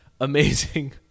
amazing